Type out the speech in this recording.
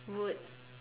would